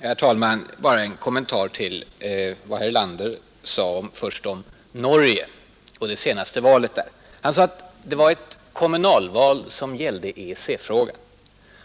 Herr talman! Först en kommentar till vad herr Erlander sade om Norge och det senaste valet där. Han menade att det var ett kommunalval som gällde EEC-frågan.